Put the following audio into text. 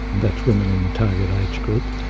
that's women in the target age group.